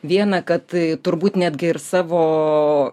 vieną kad turbūt netgi ir savo